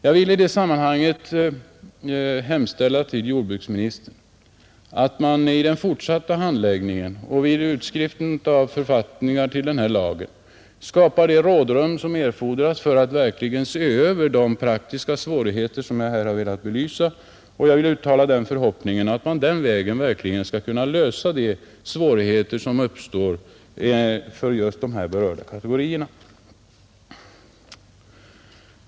Jag vill i det sammanhanget hemställa till jordbruksministern att man vid den fortsatta handläggningen och vid utskrivningen av följdförfattningarna till denna lag skapar det rådrum som erfordras för att se över de praktiska svårigheter som jag här har velat belysa. Jag vill uttala förhoppningen att man den vägen verkligen skall kunna lösa de svåra problem som uppstår för just de berörda kategorierna.